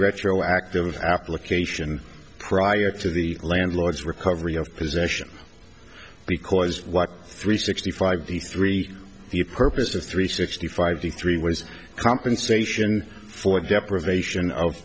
retroactive application prior to the landlord's recovery of possession because what three sixty five the three the purpose of three sixty five to three was compensation for the deprivation of